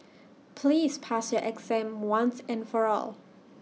please pass your exam once and for all